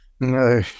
no